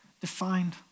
defined